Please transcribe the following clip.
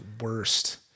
worst